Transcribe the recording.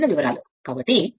కాబట్టి 40 2 ∅2 2 1 0